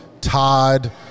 Todd